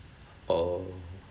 oh